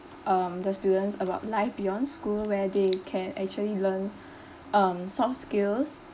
um the students about life beyond school where they can actually learn um soft skills